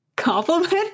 compliment